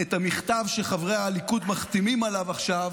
את המכתב שחברי הליכוד מחתימים עליו עכשיו